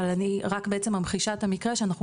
אבל אני רק בעצם ממחישה את המקרה שאנחנו